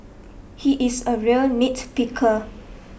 he is a real nit picker